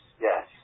Yes